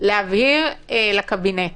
להבהיר לקבינט